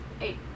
Eight